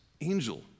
angel